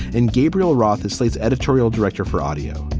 and gabriel roth is slate's editorial director for audio.